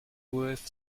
worth